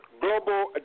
Global